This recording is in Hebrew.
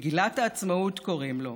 מגילת העצמאות קוראים לו: